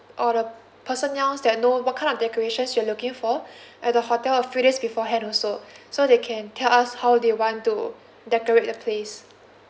or the personnel that know what kind of decorations you're looking for at the hotel a few days beforehand also so they can tell us how they want to decorate the place